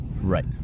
Right